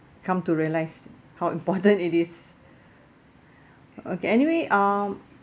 come to realise how important it is okay anyway uh